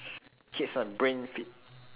keeps my brain fit